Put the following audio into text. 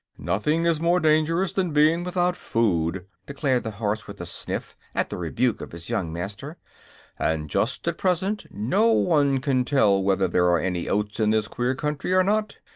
nothing is more dangerous than being without food, declared the horse, with a sniff at the rebuke of his young master and just at present no one can tell whether there are any oats in this queer country or not.